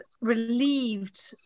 relieved